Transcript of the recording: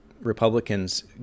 republicans